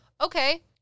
okay